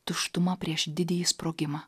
tuštuma prieš didįjį sprogimą